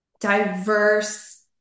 diverse